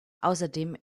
außerdem